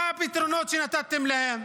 מה הפתרונות שנתתם להם?